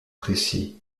précis